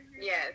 yes